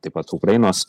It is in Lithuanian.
taip pat ukrainos